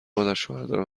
مادرشوهردارم